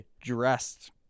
dressed